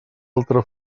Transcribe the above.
altra